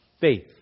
faith